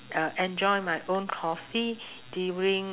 uh enjoy my own coffee during